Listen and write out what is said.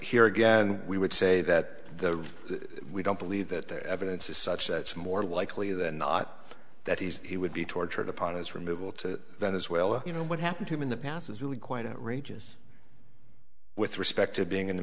here again we would say that we don't believe that the evidence is such that it's more likely than not that he's he would be tortured upon his removal to venezuela you know what happened to him in the past is really quite outrageous with respect to being in the